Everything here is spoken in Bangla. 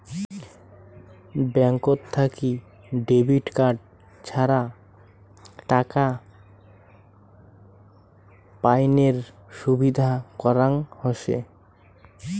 ব্যাঙ্কত থাকি ডেবিট কার্ড ছাড়া টাকা পাইনের সুবিধা করাং হসে